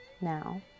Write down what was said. Now